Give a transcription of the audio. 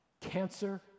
Cancer